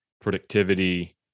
productivity